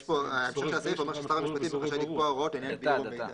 ההמשך של הסעיף אומר ששר המשפטים רשאי לקבוע הוראות לעניין ביעור מידע.